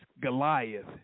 Goliath